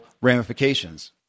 ramifications